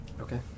Okay